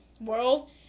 world